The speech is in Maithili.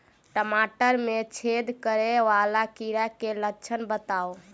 टमाटर मे छेद करै वला कीड़ा केँ लक्षण बताउ?